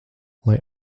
lai